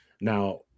Now